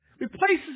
replaces